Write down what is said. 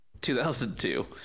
2002